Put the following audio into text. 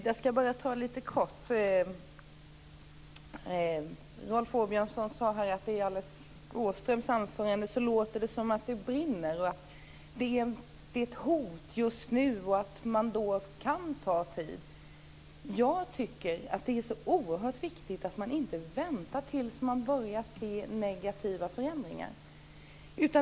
Fru talman! Jag ska vara kortfattad. Rolf Åbjörnsson sade att det i mitt anförande lät som om det brinner, att det är ett hot just nu och att man då kan ta tid. Jag tycker att det är oerhört viktigt att man inte väntar tills man börjar se negativa förändringar.